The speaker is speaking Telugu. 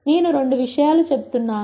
నేను రెండు విషయాలు చెప్తున్నాను